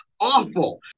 awful